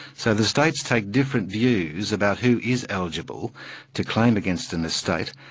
so the states take different views about who is eligible to claim against an estate,